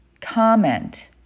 comment